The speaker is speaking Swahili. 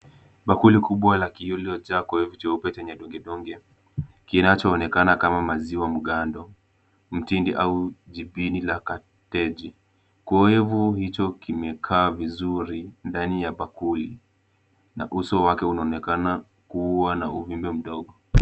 Bakuli kubwa la kioo lililojaa kiowevu cheupe chenye vidonge donge kinachoonekana kama maziwa mgando, mtindi au jibini la kateji . Kiowevu hicho kimekaa vizuri ndani ya bakuli na uso wake unaonekana kuwa na uvimbe mdogo.